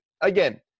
again